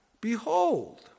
Behold